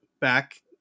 back